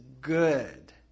good